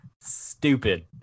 stupid